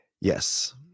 Yes